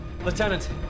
Lieutenant